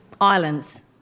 islands